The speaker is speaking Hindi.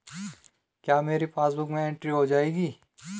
क्या मेरी पासबुक में एंट्री हो जाएगी?